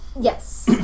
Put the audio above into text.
Yes